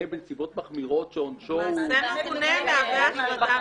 בנסיבות מחמירות שעונשו הוא -- מעשה מגונה מהווה הטרדה מינית.